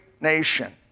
nation